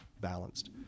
balanced